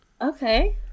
Okay